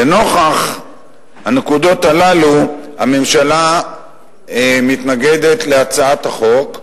לנוכח הנקודות הללו הממשלה מתנגדת להצעת החוק.